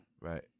Right